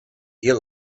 you